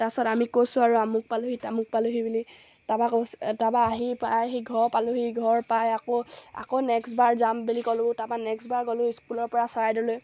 তাৰপাছত আমি কৈছোঁ আৰু আমুক পালোহি তামুক পালোহি বুলি তাৰপৰা কৈছোঁ তাৰপৰা আহি পাই আহি ঘৰ পালোহি ঘৰ পাই আকৌ আকৌ নেক্সট বাৰ যাম বুলি ক'লোঁ তাৰপৰা নেক্সট বাৰ গ'লোঁ স্কুলৰ পৰা চৰাইদেউলৈ